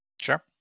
Sure